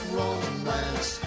romance